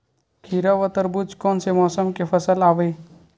खीरा व तरबुज कोन से मौसम के फसल आवेय?